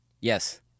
Yes